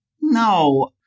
No